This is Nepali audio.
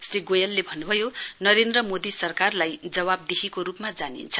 श्री गोयलले भन्नुभयो नरेन्द्र मोदी सरकारली जवाददेहीके रुपमा जानीन्छ